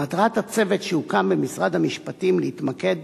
מטרת הצוות שהוקם במשרד המשפטים היא להתמקד